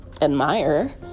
admire